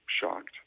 shocked